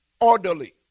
orderly